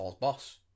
boss